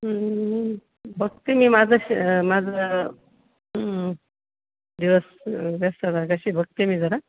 हं बघते मी माझं श माझं हं व्यस व्यस्तता कशी आहे बघते मी जरा